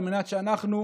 על מנת שאנחנו,